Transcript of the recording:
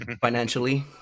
financially